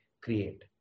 create